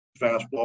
fastball